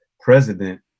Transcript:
president